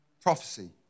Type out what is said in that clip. prophecy